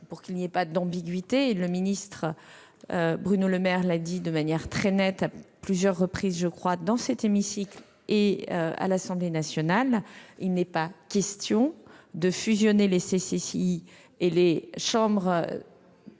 pour qu'il n'y ait pas d'ambiguïté : comme M. le ministre Bruno Le Maire l'a déjà dit de manière très nette et à plusieurs reprises, tant dans cet hémicycle qu'à l'Assemblée nationale, il n'est pas question de fusionner les CCI et les CMA,